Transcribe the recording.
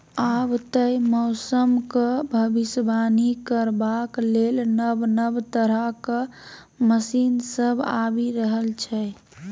आब तए मौसमक भबिसबाणी करबाक लेल नब नब तरहक मशीन सब आबि रहल छै